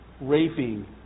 raping